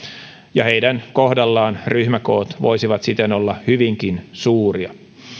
ja heidän kohdallaan ryhmäkoot voisivat siten olla hyvinkin suuria